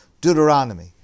Deuteronomy